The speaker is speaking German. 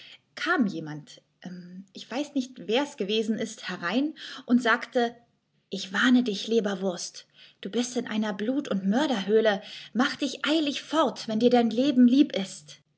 kam jemand ich weiß nicht wers gewesen ist herein und sagte ich warne dich leberwurst du bist in einer blut und mörderhöhle mach dich eilig fort wenn dir dein leben lieb ist